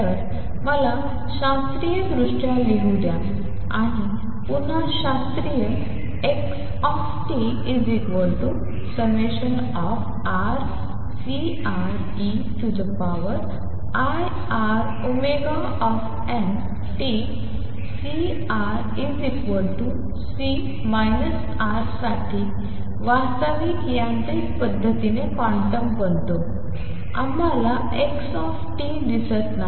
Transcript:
तर मला शास्त्रीयदृष्ट्या लिहू द्या आणि पुन्हा शास्त्रीय xtCeiτωt C C τ साठी वास्तविक यांत्रिक पद्धतीने क्वांटम बनतो आम्हाला x दिसत नाही